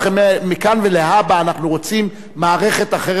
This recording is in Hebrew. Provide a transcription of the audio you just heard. מכאן ולהבא אנחנו רוצים מערכת אחרת ושונה